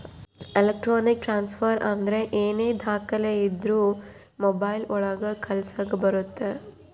electronic transfer ಅಂದ್ರ ಏನೇ ದಾಖಲೆ ಇದ್ರೂ ಮೊಬೈಲ್ ಒಳಗ ಕಳಿಸಕ್ ಬರುತ್ತೆ